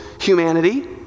humanity